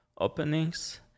openings